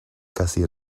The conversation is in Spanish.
casi